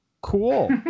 cool